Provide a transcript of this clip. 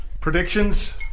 Predictions